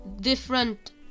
different